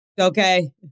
Okay